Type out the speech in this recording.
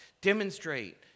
Demonstrate